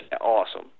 awesome